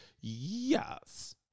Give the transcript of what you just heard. Yes